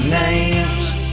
names